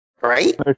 right